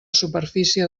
superfície